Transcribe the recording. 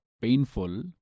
painful